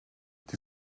die